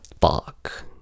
fuck